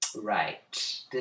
Right